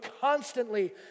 constantly